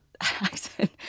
accent